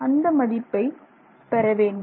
அந்த மதிப்பை பெற வேண்டும்